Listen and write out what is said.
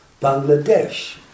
Bangladesh